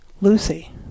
Lucy